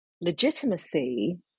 legitimacy